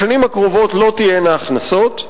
בשנים הקרובות לא תהיינה הכנסות,